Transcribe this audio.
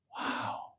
Wow